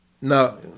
No